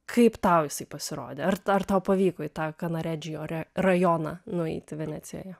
kaip tau jisai pasirodė ar ar tau pavyko į tą kanaredžio re rajoną nueiti venecijoje